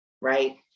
right